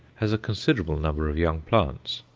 has a considerable number of young plants.